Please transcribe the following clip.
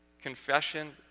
confession